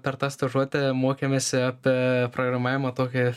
per tą stažuotę mokėmėsi apie programavimą tokį